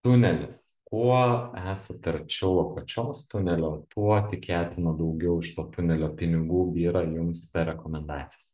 tunelis kuo esat arčiau apačios tunelio tuo tikėtina daugiau iš to tunelio pinigų byra jums per rekomendacijas